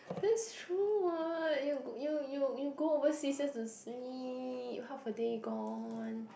that's true what you you you go overseas just to sleep half a day gone